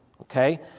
Okay